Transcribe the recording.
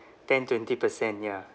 ten twenty percent ya